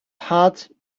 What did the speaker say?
heart